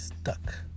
Stuck